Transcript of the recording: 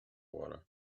water